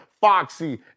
Foxy